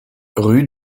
rue